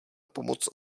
pomoc